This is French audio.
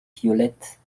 violettes